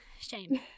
shame